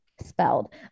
spelled